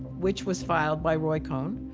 which was filed by roy cohn.